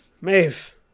maeve